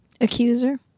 Accuser